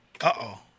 Uh-oh